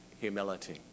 humility